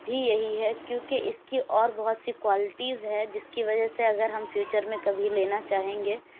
بھی یہی ہے کیونکہ اس کی اور بہت سی کوالٹیز ہے جس کی وجہ سے اگر ہم فیوچر میں کبھی لینا چاہیں گے